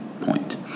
point